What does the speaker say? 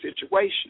situation